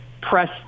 press